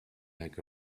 like